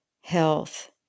health